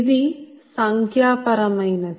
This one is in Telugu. ఇది సంఖ్యా పరమైనది